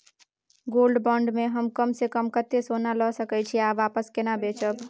Gold bond म हम कम स कम कत्ते सोना ल सके छिए आ वापस केना बेचब?